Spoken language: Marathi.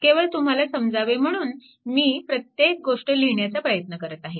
केवळ तुम्हाला समजावे म्हणून मी प्रत्येक गोष्ट लिहिण्याचा प्रयत्न करत आहे